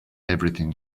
everything